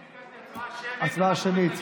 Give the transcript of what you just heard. ולכן אני מוכן להישאר צמוד למה שהיה בוועדת הכספים בלבד,